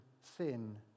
sin